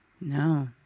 no